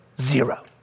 Zero